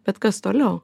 bet kas toliau